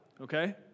okay